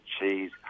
cheese